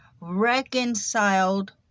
reconciled